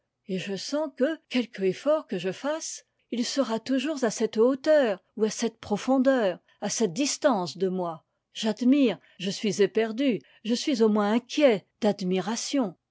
et je sens que quelque effort que je fasse il sera toujours à cette hauteur ou à cette profondeur à cette distance de moi j'admire je suis éperdu je suis au moins inquiet d'admiration